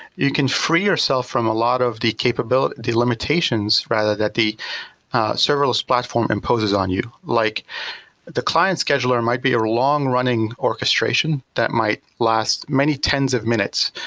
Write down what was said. you can free yourself with a lot of the capability, the limitations rather that the serverless platform imposes on you. like the client scheduler might be a long running orchestration that might last many tens of minutes.